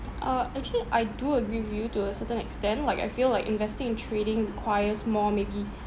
uh actually I do agree with you to a certain extent like I feel like investing and trading requires more maybe